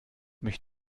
mich